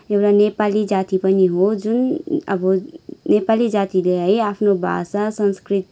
एउटा नेपाली जाति पनि हो जुन अब नेपाली जातिले है आफ्नो भाषा संस्कृति